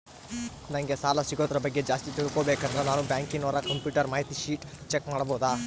ನಂಗೆ ಸಾಲ ಸಿಗೋದರ ಬಗ್ಗೆ ಜಾಸ್ತಿ ತಿಳಕೋಬೇಕಂದ್ರ ನಾನು ಬ್ಯಾಂಕಿನೋರ ಕಂಪ್ಯೂಟರ್ ಮಾಹಿತಿ ಶೇಟ್ ಚೆಕ್ ಮಾಡಬಹುದಾ?